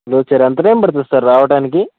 ఉలవచారు ఎంత టైం పడుతుంది సార్ రావడానికి